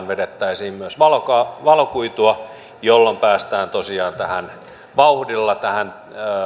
vedettäisiin myös valokuitua jolloin päästään tosiaan vauhdilla tähän